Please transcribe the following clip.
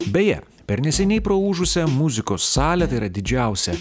beje per neseniai praūžusią muzikos salę tai yra didžiausia